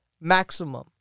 Maximum